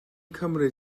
cymryd